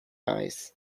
eyes